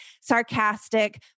sarcastic